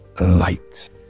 light